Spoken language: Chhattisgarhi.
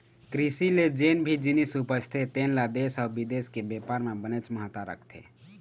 कृषि ले जेन भी जिनिस उपजथे तेन ल देश अउ बिदेश के बेपार म बनेच महत्ता रखथे